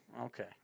Okay